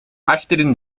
achterin